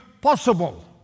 possible